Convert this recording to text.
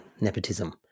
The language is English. nepotism